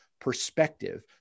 perspective